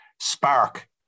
spark